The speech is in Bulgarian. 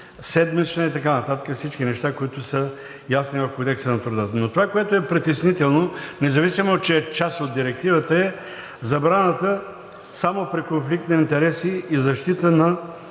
междуседмична и така нататък – всички неща, които са ясни в Кодекса на труда. Но това, което е притеснително, независимо че е част от директивата, е забраната само при конфликт на интереси и защита на